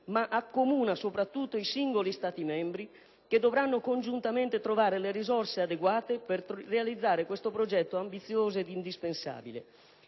ma accomuna soprattutto i singoli Stati membri, che dovranno congiuntamente trovare le risorse adeguate per realizzare questo progetto ambizioso ed indispensabile.